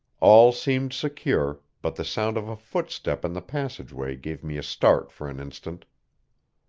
all seemed secure, but the sound of a footstep in the passageway gave me a start for an instant.